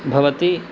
भवति